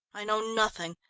i know nothing.